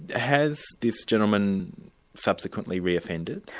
has this gentleman subsequently reoffended?